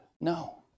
No